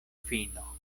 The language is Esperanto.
fino